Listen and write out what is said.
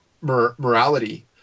morality